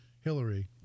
Hillary